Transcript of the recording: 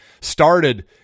started